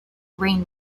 rain